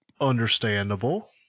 Understandable